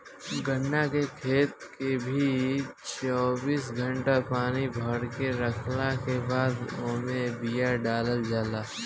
गन्ना के खेत के भी चौबीस घंटा पानी भरके रखला के बादे ओमे बिया डालल जाला